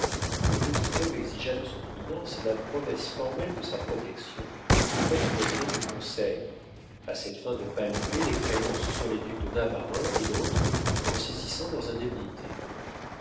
le petit homme exigea de son éminence la promesse formelle de sa protection auprès du président du conseil à cette fin de palper les créances sur les ducs de navarreins et autres en saisissant leurs indemnités